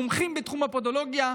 מומחים בתחום הפודולוגיה,